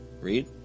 Read